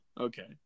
Okay